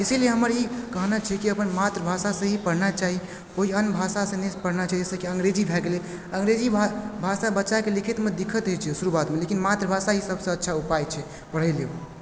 इसीलिये हमर ई कहनाइ छै कि अपन मातृभाषासँ ही पढ़ना चाही कोइ अन्य भाषासँ नहि पढ़ना चाहिये जैसँ कि अंग्रेजी भए गेलय अंग्रेजी भा भाषा बच्चाके लिखितमे दिक्कत होइ छै शुरुआतमे लेकिन मातृभाषा ही ई सबसँ अच्छा उपाय छै पढ़ेलियै